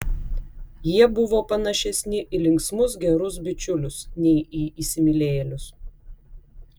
jie buvo panašesni į linksmus gerus bičiulius nei į įsimylėjėlius